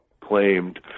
claimed